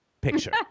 picture